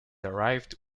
arrived